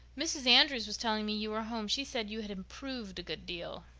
mrs. andrews was telling me you were home. she said you had improved a good deal.